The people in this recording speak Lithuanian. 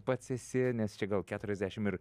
pats esi nes čia gal keturiasdešim ir